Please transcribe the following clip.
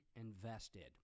invested